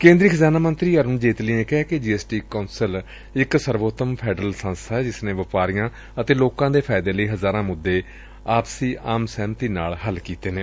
ਕੇਂਦਰੀ ਖਜ਼ਾਨਾ ਮੰਤਰੀ ਅਰੁਣ ਜੇਤਲੀ ਨੇ ਕਿਹੈ ਕਿ ਜੀ ਐਸ ਕੌਂਸਲ ਇਕ ਸਰਵੋਤਮ ਫੈਡਰਲ ਸੰਸਥਾ ਏ ਜਿਸ ਨੇ ਵਪਾਰੀਆਂ ਅਤੇ ਲੋਕਾਂ ਦੇ ਫਾਇਦੇ ਲਈ ਹਜ਼ਾਰਾਂ ਮੁੱਦੇ ਆਪਸੀ ਸਹਿਮਤੀ ਨਾਲ ਹੱਲ ਕੀਤੇ ਨੇ